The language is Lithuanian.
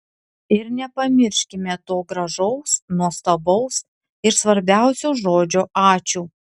ir nepamirškime to gražaus nuostabaus ir svarbiausio žodžio ačiū